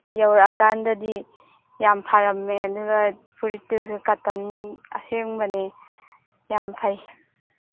ꯌꯧꯔꯛꯑ ꯀꯥꯟꯗꯗꯤ ꯌꯥꯝ ꯐꯔꯝꯃꯦ ꯑꯗꯨꯒ ꯐꯨꯔꯤꯠꯇꯨꯁꯨ ꯀꯇꯟ ꯑꯁꯦꯡꯕꯅꯦ ꯌꯥꯝ ꯐꯩ